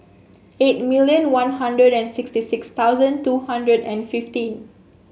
eight million One Hundred sixty six thousand two hundred and fifteen